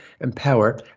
Empower